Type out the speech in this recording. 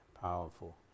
powerful